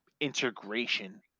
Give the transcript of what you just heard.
integration